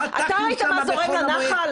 אתה ראית מה זורם לנחל?